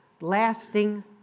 lasting